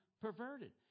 perverted